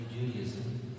Judaism